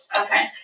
Okay